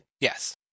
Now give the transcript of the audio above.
Yes